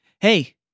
hey